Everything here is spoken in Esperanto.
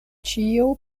ĉio